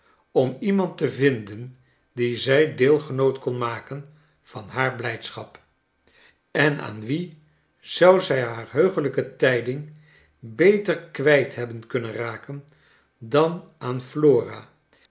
om iemand te vinden dien zij deelgenoot kon maken van haar blijdschap en aan wie zou zij haar heugelijke tijding beter kwijt hebben kunnen raken dan aan flora